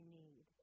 need